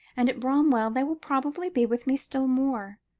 and at bramwell they will probably be with me still more.